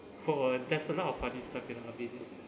!whoa! that's a lot of funny stuff in